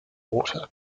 water